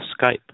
Skype